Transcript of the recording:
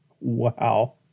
Wow